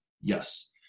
Yes